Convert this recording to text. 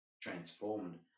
transformed